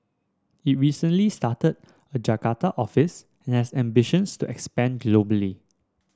it recently started a Jakarta office and has ambitions to expand globally